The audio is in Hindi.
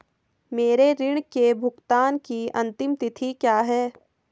मेरे ऋण के भुगतान की अंतिम तिथि क्या है?